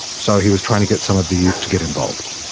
so he was trying to get some of the youth to get involved.